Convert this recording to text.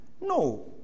No